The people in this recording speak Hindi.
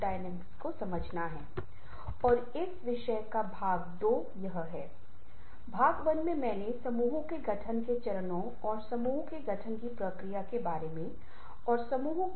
इससे पहले हमने प्रस्तुति के कुछ पहलुओं से निपटा है और जो इस विशेष संदर्भ में बहुत महत्वपूर्ण है हमें यह जानना होगा कि छवि घटक और पाठ घटक कैसे एकीकृत होते हैं